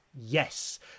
yes